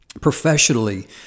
professionally